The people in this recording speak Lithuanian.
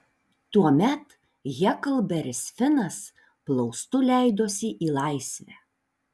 tuomet heklberis finas plaustu leidosi į laisvę